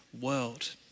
world